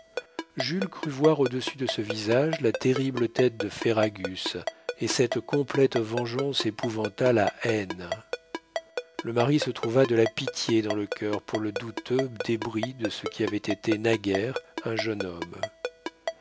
jules crut voir au-dessus de ce visage la terrible tête de ferragus et cette complète vengeance épouvanta la haine le mari se trouva de la pitié dans le cœur pour le douteux débris de ce qui avait été naguère un jeune homme